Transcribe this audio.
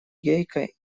гейка